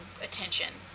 attention